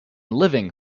living